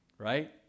Right